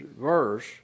verse